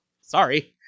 sorry